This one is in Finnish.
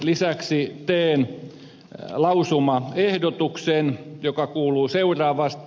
lisäksi teen lausumaehdotuksen joka kuuluu seuraavasti